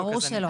ברור שלא.